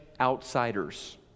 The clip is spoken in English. outsiders